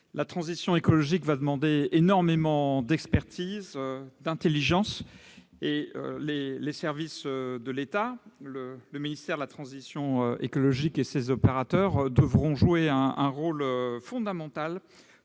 La transition écologique va demander énormément d'expertise et d'intelligence. Les services de l'État- le ministère de la transition écologique et ses opérateurs -devront jouer un rôle fondamental